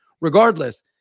regardless